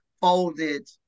folded